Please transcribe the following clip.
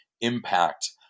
impact